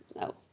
no